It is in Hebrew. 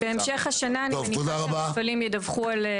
בהמשך השנה אני מניחה שהמפעלים ידווחו.